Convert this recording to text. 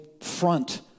front